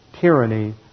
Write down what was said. tyranny